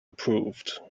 approved